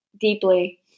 deeply